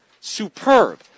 superb